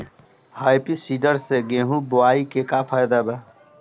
Happy seeder से गेहूं बोआई के का फायदा बा?